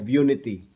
unity